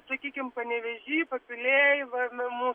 sakykim panevėžy papilėj va na mūsų